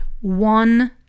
one